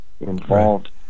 involved